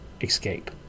escape